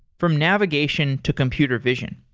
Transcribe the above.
from navigation to computer vision.